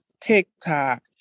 TikTok